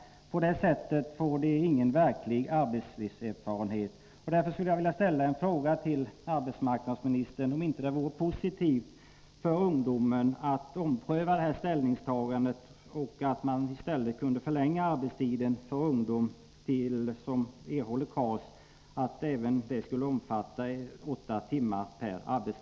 På det sättet får de ingen verklig arbetslivserfarenhet. Därför skulle jag vilja fråga arbetsmarknadsministern om det inte vore positivt för ungdomen att ompröva detta ställningstagande och förlänga arbetstiden till åtta timmar per arbetsdag för ungdomar som erhåller KAS.